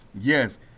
Yes